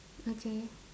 okay